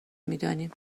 میدانیم